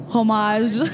Homage